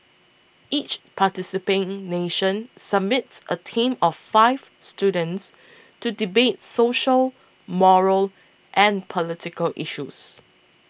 each participating nation submits a team of five students to debate social moral and political issues